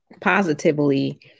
positively